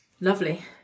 lovely